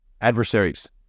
adversaries